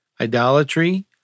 idolatry